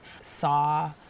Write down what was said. saw